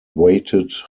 weighted